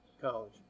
college